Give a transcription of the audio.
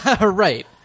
right